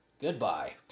Goodbye